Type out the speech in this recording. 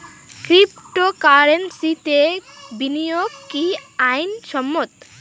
ক্রিপ্টোকারেন্সিতে বিনিয়োগ কি আইন সম্মত?